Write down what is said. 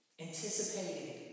Anticipating